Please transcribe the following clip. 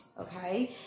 okay